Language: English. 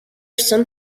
some